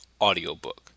audiobook